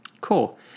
Cool